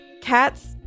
cats